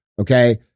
okay